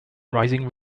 rising